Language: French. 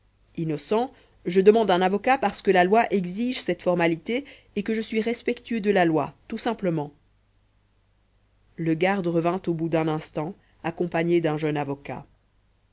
innocent je demande un avocat parce que la loi exige cette formalité et que je suis respectueux de la loi tout simplement le garde revint au bout d'un instant accompagné d'un jeune avocat